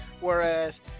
whereas